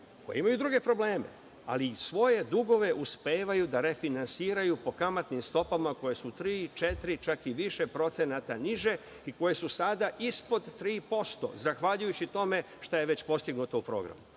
koja imaju druge probleme, ali i svoje dugove uspevaju da refinansiraju po kamatnim stopama, koje su tri, četiri, čak i više procenata niže i koje su sada ispod 3% zahvaljujući tome što je već postignuto u programu. Znači,